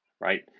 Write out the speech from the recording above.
Right